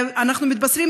אנחנו מתבשרים,